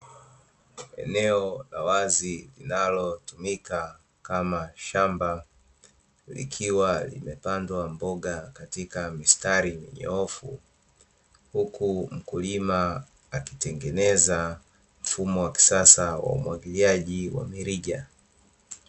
Eneo la wazi, linalotumika kama shamba, likiwa limepandwa mboga katika mistari nyoofu, huku mkulima akitengeneza mfumo wa kisasa wa umwagiliaji wa mirija.